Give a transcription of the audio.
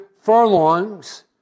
furlongs